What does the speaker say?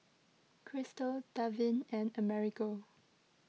Christel Darvin and Amerigo